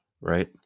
right